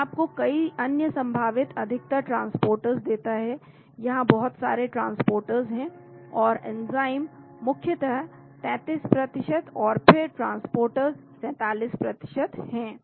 यह आपको कई अन्य संभावित अधिकतर ट्रांसपोर्टर्स देता है यहाँ बहुत सारे ट्रांसपोर्टर्स है और एंजाइम मुख्यतः 33 और फिर ट्रांसपोर्टर्स 47 हैं